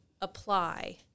apply